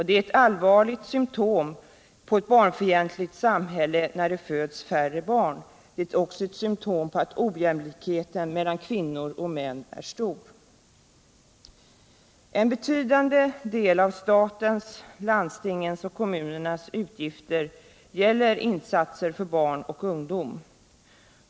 Det är ett allvarligt symtom på ett barnfientligt samhälle när det föds färre barn. Det är också ett symtom på att ojämlikheten mellan kvinnor och män är stor. En betydande del av statens, landstingens och kommunernas utgifter gäller insatser för barn och ungdom.